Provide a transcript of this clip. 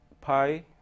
pi